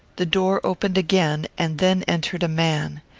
the door opened again, and then entered a man.